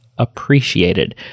appreciated